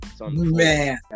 Man